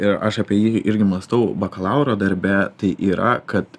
ir aš apie jį irgi mąstau bakalauro darbe tai yra kad